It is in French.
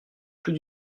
plus